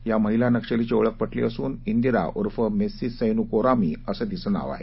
या महिला नक्षलीची ओळख पटली असून इंदिरा उर्फ मेस्सी सैनू कोरामी असं तिचं नाव आहे